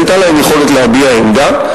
היתה להם יכולת להביע עמדה,